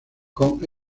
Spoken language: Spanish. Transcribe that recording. con